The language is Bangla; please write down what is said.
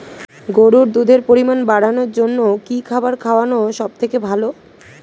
গরুর দুধের পরিমাণ বাড়ানোর জন্য কি খাবার খাওয়ানো সবথেকে ভালো?